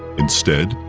instead,